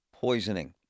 poisoning